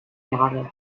jahre